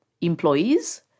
employees